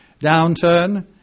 downturn